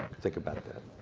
think about that.